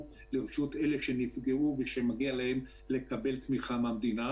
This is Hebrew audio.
לרשות אלה שנפגעו ומגיע להם לקבל תמיכה מהמדינה.